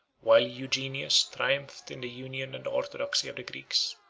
while eugenius triumphed in the union and orthodoxy of the greeks,